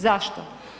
Zašto?